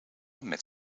met